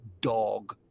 dog